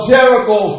Jericho